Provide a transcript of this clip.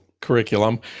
curriculum